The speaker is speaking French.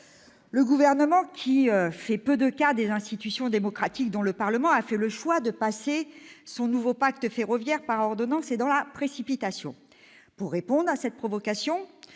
Le Gouvernement, qui fait peu de cas des institutions démocratiques, dont le Parlement, a fait le choix de passer son « nouveau pacte ferroviaire » par ordonnances et dans la précipitation. Pour répondre à cette provocation,